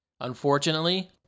Unfortunately